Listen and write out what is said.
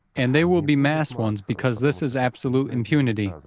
and they will be mass ones because this is absolute impunity.